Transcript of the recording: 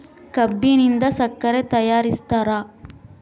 ಕಬ್ಬಿನಿಂದ ಸಕ್ಕರೆ ತಯಾರಿಸ್ತಾರ